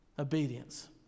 Obedience